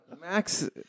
Max